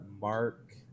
Mark